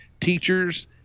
teachers